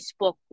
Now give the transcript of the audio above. Facebook